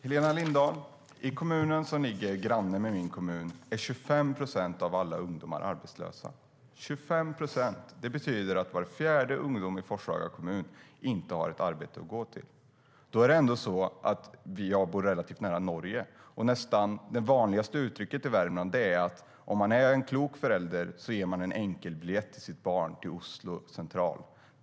Fru talman! I kommunen som ligger granne med min kommun, Helena Lindahl, är 25 procent av alla ungdomar arbetslösa. Det betyder att var fjärde ungdom i Forshaga kommun inte har ett arbete att gå till. Jag bor relativt nära Norge. Det nästan vanligaste uttrycket i Värmland är att om man är en klok förälder ger man en enkelbiljett till sitt barn till Oslo Central.